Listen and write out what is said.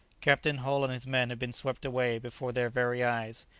captain hull and his men had been swept away before their very eyes,